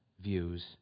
views